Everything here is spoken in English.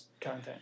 content